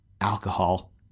alcohol